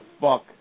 fuck